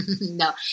no